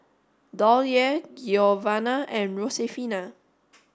Dollye Giovanna and Josefina